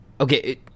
okay